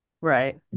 Right